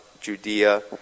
Judea